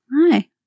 Hi